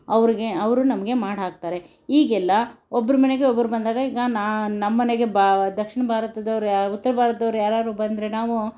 ಅವ್ರಿಗೆ ಅವರು ನಮಗೆ ಮಾಡಿ ಹಾಕ್ತಾರೆ ಈಗೆಲ್ಲ ಒಬ್ಬರು ಮನೆಗೆ ಒಬ್ಬರು ಬಂದಾಗ ಈಗ ನಮ್ಮನೆಗೆ ಬ ದಕ್ಷಿಣ ಭಾರತದವರು ಯಾ ಉತ್ತರ ಭಾರತದವರು ಯಾರಾದ್ರು ಬಂದರೆ ನಾವು